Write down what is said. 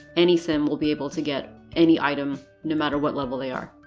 any sim will be able to get any item, no matter what level they are.